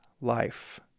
life